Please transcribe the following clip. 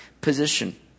position